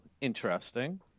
Interesting